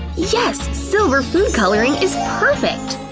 yes! silver food coloring is perfect!